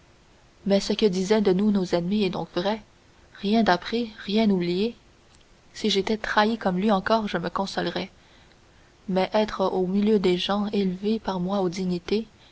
mais ce que disaient de nous nos ennemis est donc vrai rien appris rien oublié si j'étais trahi comme lui encore je me consolerais mais être au milieu de gens élevés par moi aux dignités